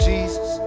Jesus